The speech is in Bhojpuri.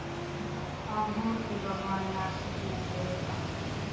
अंगूर के बागान नासिक में ढेरे बा